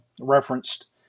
referenced